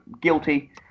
guilty